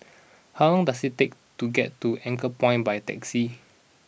how long does it take to get to Anchorpoint by taxi